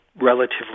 relatively